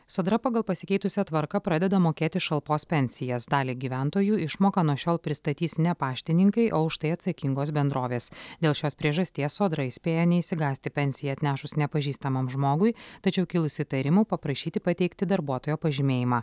sodra pagal pasikeitusią tvarką pradeda mokėti šalpos pensijas daliai gyventojų išmoką nuo šiol pristatys ne paštininkai o už tai atsakingos bendrovės dėl šios priežasties sodra įspėja neišsigąsti pensiją atnešus nepažįstamam žmogui tačiau kilus įtarimų paprašyti pateikti darbuotojo pažymėjimą